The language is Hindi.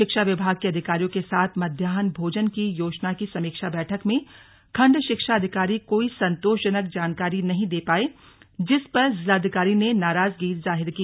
शिक्षा विभाग के अधिकारियों के साथ मध्याह्न भोजन योजना की समीक्षा बैठक में खंड शिक्षा अधिकारी कोई संतोषजनक जानकारी नहीं दे पाये जिस पर जिलाधिकारी ने नाराजगी जाहिर की